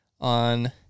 on